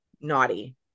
naughty